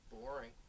boring